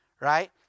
Right